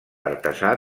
artesà